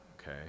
okay